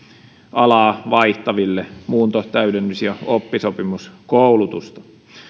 alaa vaihtaville muunto täydennys ja oppisopimuskoulutusta